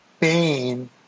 pain